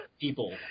people